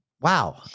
wow